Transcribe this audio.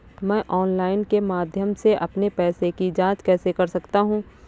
मैं ऑनलाइन के माध्यम से अपने पैसे की जाँच कैसे कर सकता हूँ?